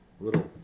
Little